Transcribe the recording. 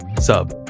sub